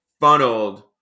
funneled